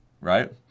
right